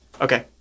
Okay